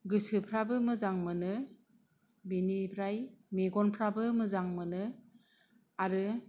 गोसोफोराबो मोजां मोनो बेनिफ्राय मेगनफोराबो मोजां मोनो आरो